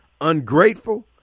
ungrateful